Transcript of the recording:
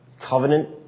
covenant